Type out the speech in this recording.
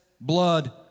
blood